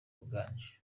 uganje